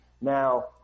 Now